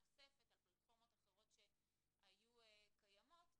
נוספת על פלטפורמות אחרות שהיו קיימות,